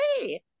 Hey